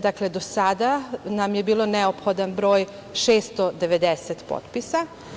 Dakle, do sada nam je bio neophodan broj 690 potpisa.